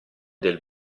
del